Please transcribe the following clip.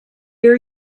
ear